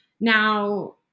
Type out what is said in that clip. now